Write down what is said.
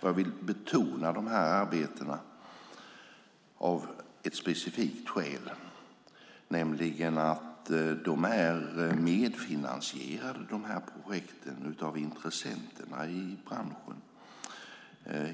Och jag vill betona de här arbetena av ett specifikt skäl, nämligen att projekten är medfinansierade av intressenterna i branschen.